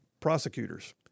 prosecutors